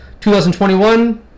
2021